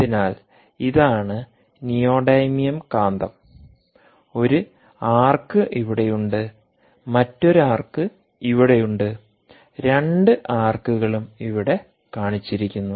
അതിനാൽ ഇതാണ് നിയോഡീമിയം കാന്തം ഒരു ആർക്ക് ഇവിടെയുണ്ട് മറ്റൊരു ആർക്ക് ഇവിടെയുണ്ട് രണ്ട് ആർക്കുകളും ഇവിടെ കാണിച്ചിരിക്കുന്നു